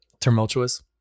tumultuous